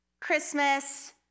Christmas